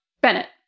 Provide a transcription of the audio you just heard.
Bennett